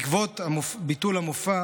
בעקבות ביטול המופע